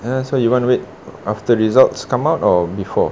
uh so you wanna wait after results come out or before